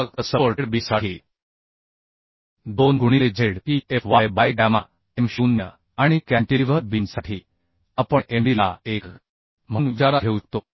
फक्त सपोर्टेड बीमसाठी 2 गुणिले Z e F y by gamma M0 आणि कॅन्टिलीव्हर बीमसाठी आपण Md ला 1 म्हणून विचारात घेऊ शकतो